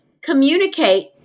communicate